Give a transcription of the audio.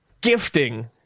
gifting